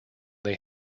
they